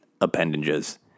appendages